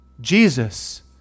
Jesus